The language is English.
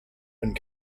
and